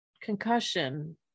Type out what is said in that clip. concussion